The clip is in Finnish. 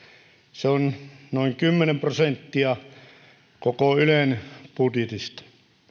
se on noin kymmenen prosenttia koko ylen budjetista